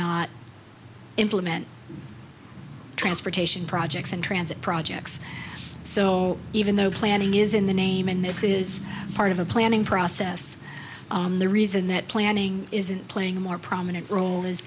not implement transportation projects and transit projects so even though planning is in the name and this is part of a planning process the reason that planning is playing a more prominent role is